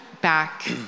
back